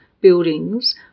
buildings